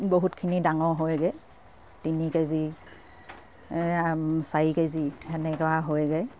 বহুতখিনি ডাঙৰ হয়গে তিনি কেজি চাৰি কেজি সেনেকুৱা হয়গে